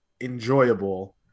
enjoyable